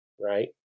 Right